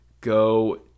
go